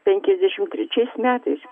penkiasdešimt trečiais metais